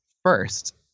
first